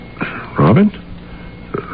Robin